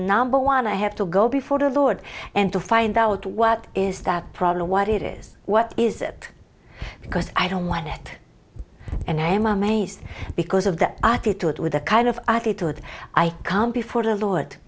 number one i have to go before the lord and to find out what is that problem what it is what is it because i don't want it and i am amazed because of that i could do it with the kind of attitude i can before the lord